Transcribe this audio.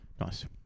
Nice